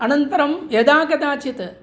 अनन्तरं यदा कदाचित्